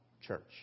church